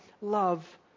love